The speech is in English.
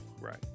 right